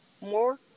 more